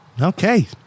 okay